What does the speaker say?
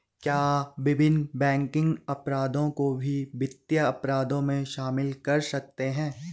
क्या विभिन्न बैंकिंग अपराधों को भी वित्तीय अपराधों में शामिल कर सकते हैं?